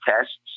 tests